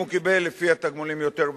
אם הוא קיבל לפי התגמולים יותר,